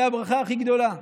זו הברכה הכי גדולה.